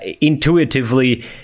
intuitively